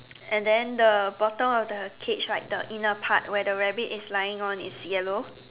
and then the bottom of the cage right the inner part where the rabbit is lying on is yellow